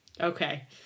okay